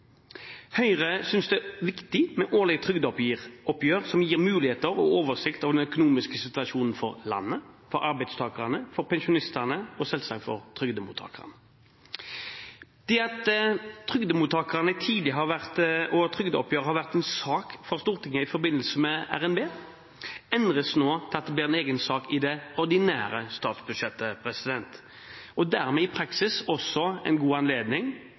Høyre synes det er viktig med årlige trygdeoppgjør, som gir muligheter og oversikt over den økonomiske situasjonen for landet, for arbeidstakerne, for pensjonistene og, selvsagt, for trygdemottakerne. Det at trygdemottakerne og trygdeoppgjøret tidligere har vært en sak for Stortinget i forbindelse med revidert nasjonalbudsjett, endres nå til at det blir en egen sak i det ordinære statsbudsjettet – og dermed i praksis også en god anledning